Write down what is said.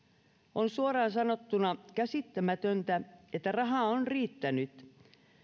on suoraan sanottuna käsittämätöntä että rahaa on riittänyt